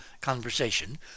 conversation